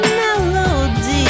melody